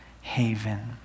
haven